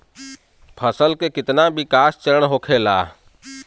फसल के कितना विकास चरण होखेला?